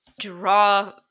draw